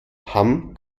hamm